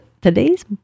today's